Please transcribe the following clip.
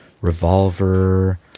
revolver